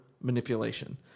manipulation